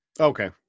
Okay